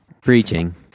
Preaching